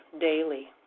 daily